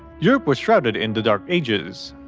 europe was shrouded in the dark ages,